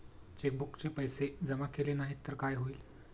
चेकबुकचे पैसे जमा केले नाही तर काय होईल?